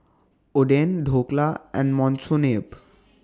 Oden Dhokla and Monsunabe